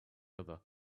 other